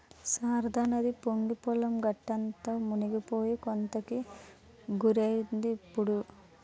శారదానది పొంగి పొలం గట్టంతా మునిపోయి కోతకి గురైందిప్పుడు